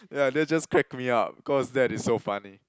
yeah that just crack me up cause that is so funny